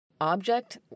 object